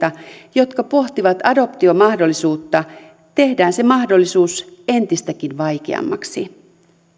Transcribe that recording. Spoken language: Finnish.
jotka pohtivat adoption mahdollisuutta tehdään se mahdollisuus entistäkin vaikeammaksi